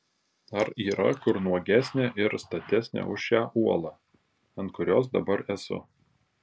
ar yra kur nuogesnė ir statesnė už šią uolą ant kurios dabar esu